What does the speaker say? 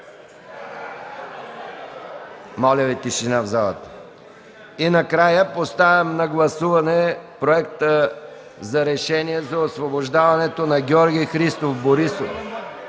Моля Ви, тишина в залата. И накрая, поставям на гласуване Проекта за решение за освобождаването на Георги Христов Борисов.